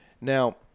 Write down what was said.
Now